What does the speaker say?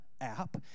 app